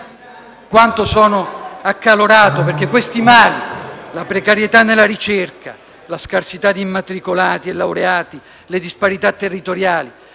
*(PD)*. Sono accalorato per questi mali: la precarietà nella ricerca, la scarsità di immatricolati e laureati, le disparità territoriali